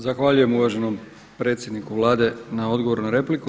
Zahvaljujem uvaženom predsjedniku Vlade na odgovoru na repliku.